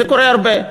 זה קורה הרבה.